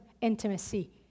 intimacy